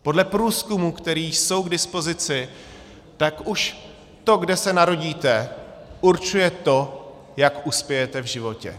Podle průzkumů, které jsou k dispozici, tak už to, kde se narodíte, určuje to, jak uspějete v životě.